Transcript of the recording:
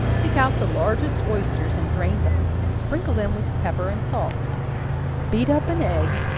pick out the largest oysters and drain them sprinkle them with pepper and salt beat up an egg,